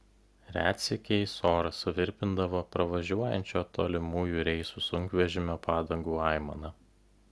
retsykiais orą suvirpindavo pravažiuojančio tolimųjų reisų sunkvežimio padangų aimana